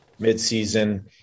midseason